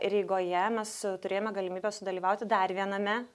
rygoje mes turėjome galimybę sudalyvauti dar viename